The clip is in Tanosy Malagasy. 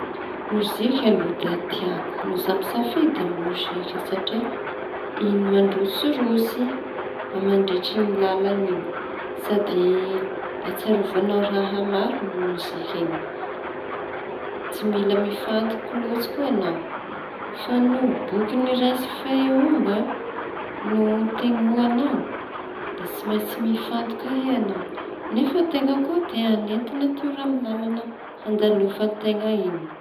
Ny mozika aloha da tiako no za misafidy da mozika satria iñy mandrotsirotsy mandritsy ny lalaña iñy sady ahatsiarovañao raha marony moziky iñy tsy mila mifantoky loatsy koa añao fe no boky noraisy feoiñy an notenoañao da tsy amintsy mifantoky e añaonefa teña koa te hanety natiora amy lala handalova-teña iñy.